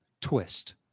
twist